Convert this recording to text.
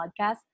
podcast